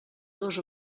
dos